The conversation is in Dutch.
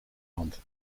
hand